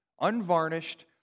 Unvarnished